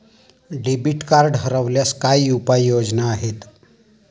Debit card हरवल्यास काय उपाय योजना आहेत?